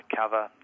cover